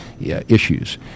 issues